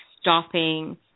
stopping